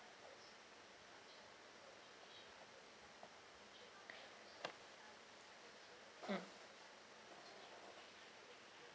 mm